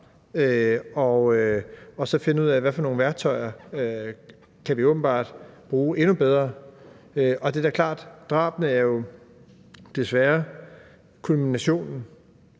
og så finde ud af, hvilke værktøjer vi åbenbart kan bruge endnu bedre. Det er da klart, at drabene jo desværre er kulminationen